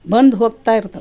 ಬಂದು ಹೋಗ್ತಾ ಇರ್ತವೆ